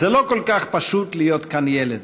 "זה לא כל כך פשוט להיות כאן ילד,